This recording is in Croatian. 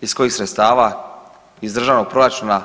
iz kojih sredstava, iz državnog proračuna?